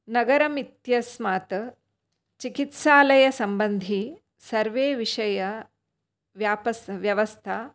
नगरम् इत्यस्मात् चिकित्सालयसम्बन्धि सर्वे विषयः व्यापस् व्यवस्था